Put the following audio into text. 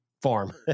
farm